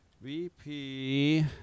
VP